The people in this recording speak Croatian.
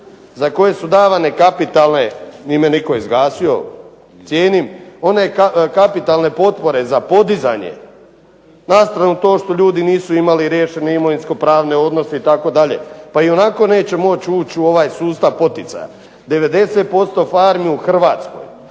za koje su davane kapitalne, nije me nitko izgasio, cijenim, one kapitalne potpore za podizanje. Na stranu to što ljudi nisu imali riješene imovinsko-pravne odnose itd., pa ionako neće moći ući u ovaj sustav poticaja. 90% farmi u Hrvatskoj